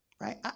right